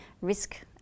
risk